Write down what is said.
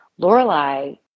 Lorelai